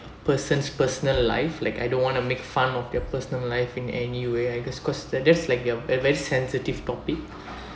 person's personal life like I don't want to make fun of their personal life in any way I guess cause they're just like your they're very sensitive topic